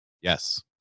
yes